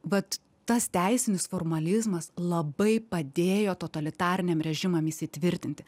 vat tas teisinis formalizmas labai padėjo totalitariniam režimam įsitvirtinti